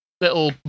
little